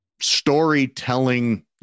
storytelling